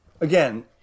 again